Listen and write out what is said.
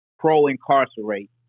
pro-incarcerate